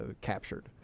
captured